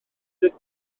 gwynt